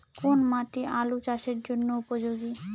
কোন মাটি আলু চাষের জন্যে উপযোগী?